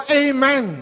amen